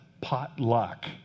potluck